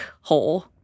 hole